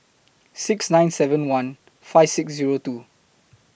six nine seven one five six Zero two